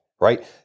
right